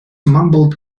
mumbled